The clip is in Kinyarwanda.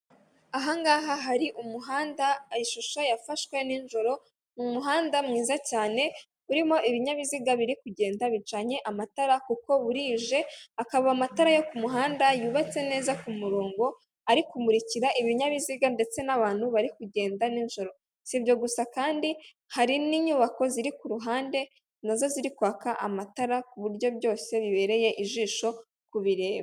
Ahangaha hari umuhanda. Ishusho yafashwe ninjoro mu muhanda mwiza cyane urimo ibinyabiziga biri kugenda bicanye amatara kuko burije, akaba amatara yo ku muhanda yubatse neza ku murongo, ari kumurikira ibinyabiziga ndetse n'abantu bari kugenda nijoro. Si ibyo gusa kandi hari n'inyubako ziri ku ruhande nazo zirikwaka amatara ku buryo byose bibereye ijisho kubireba.